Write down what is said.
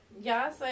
Yes